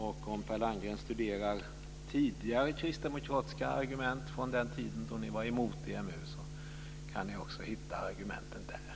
Om Per Landgren studerar tidigare kristdemokratiska argument från den tid då kd var emot EMU kan han också hitta argumenten där.